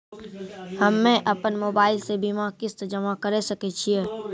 हम्मे अपन मोबाइल से बीमा किस्त जमा करें सकय छियै?